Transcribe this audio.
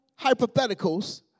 hypotheticals